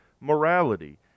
morality